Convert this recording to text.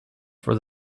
for